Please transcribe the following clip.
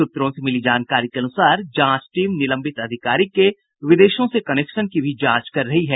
सूत्रों से मिली जानकारी के अनुसार जांच टीम निलंबित अधिकारी के विदेशों से कनेक्शन की भी जांच कर रही है